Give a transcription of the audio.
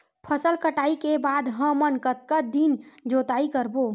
फसल कटाई के बाद हमन कतका दिन जोताई करबो?